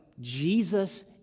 Jesus